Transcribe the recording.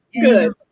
Good